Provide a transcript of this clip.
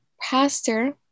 pastor